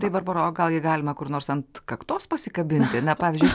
tai barbora o gal jį galima kur nors ant kaktos pasikabinti na pavyzdžiui